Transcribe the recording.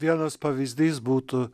vienas pavyzdys būtų